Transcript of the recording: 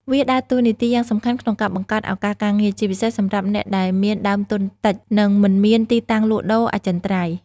វាដើរតួនាទីយ៉ាងសំខាន់ក្នុងការបង្កើតឱកាសការងារ ជាពិសេសសម្រាប់អ្នកដែល មានដើមទុនតិច និងមិនមានទីតាំងលក់ដូរអចិន្ត្រៃយ៍។